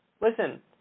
Listen